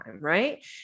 right